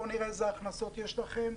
בוא נראה איזה הכנסות יש לכם.